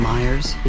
Myers